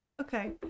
okay